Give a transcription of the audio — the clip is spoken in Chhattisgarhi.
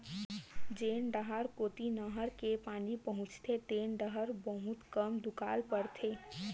जेन डाहर कोती नहर के पानी पहुचथे तेन डाहर बहुते कम दुकाल परथे